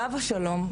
עליו השלום,